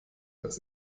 das